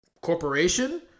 corporation